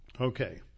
Okay